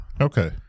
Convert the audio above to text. Okay